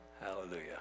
Hallelujah